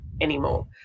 anymore